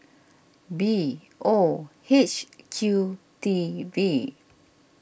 B O H Q T V